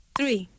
three